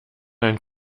ein